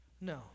No